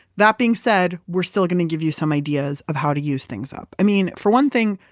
that being said, we're still going to give you some ideas of how to use things up. i mean, for one thing,